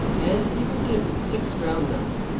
and he would give me six ground nuts,